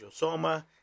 Josoma